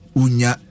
unya